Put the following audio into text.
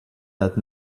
that